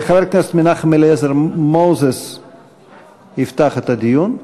חבר הכנסת מנחם אליעזר מוזס יפתח את הדיון.